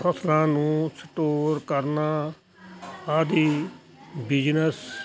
ਫਸਲਾਂ ਨੂੰ ਸਟੋਰ ਕਰਨਾ ਆਦਿ ਬਿਜ਼ਨਸ